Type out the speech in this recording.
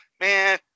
Man